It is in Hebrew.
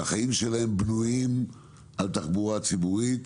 שהחיים שלהם בנויים על תחבורה ציבורית,